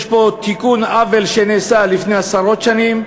יש פה תיקון עוול שנעשה לפני עשרות שנים,